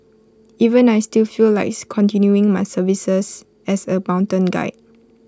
even I still feel likes continuing my services as A mountain guide